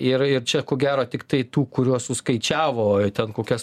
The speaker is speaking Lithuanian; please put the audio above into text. ir ir čia ko gero tiktai tų kuriuos suskaičiavo ten kokias